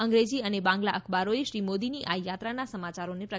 અંગ્રેજી અને બાંગ્લા અખબારોએ શ્રી મોદીની આ યાત્રાના સમાયારોને પ્રકાશિત કર્યાં